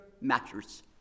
matters